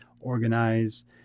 organize